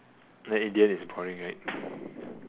then in the end it's boring right